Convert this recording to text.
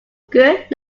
good